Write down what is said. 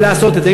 ולעשות את זה.